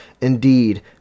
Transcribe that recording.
Indeed